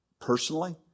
personally